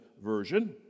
version